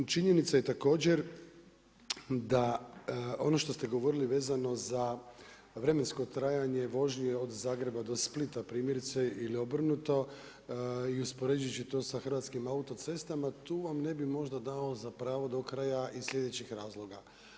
Činjenica je također da ono što ste govorili vezano za vremensko trajanje vožnji od Zagreba do Splita, primjerice ili obrnuto, i uspoređujući to sa hrvatskim autocestama, tu vam ne bi možda dao za pravo do kraja iz slijedećih razloga.